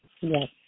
Yes